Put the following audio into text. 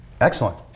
Excellent